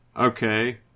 Okay